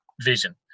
vision